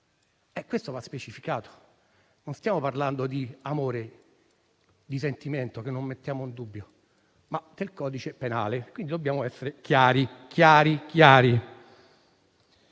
Questo va specificato. Non stiamo parlando di amore, di sentimento, che non mettiamo in dubbio, ma del codice penale e quindi dobbiamo essere chiari. Serve certezza